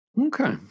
Okay